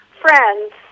friends